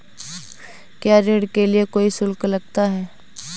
क्या ऋण के लिए कोई शुल्क लगता है?